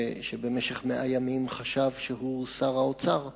שבמשך 100 ימים חשב שהוא שר האוצר,